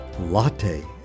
Latte